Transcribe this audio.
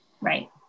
right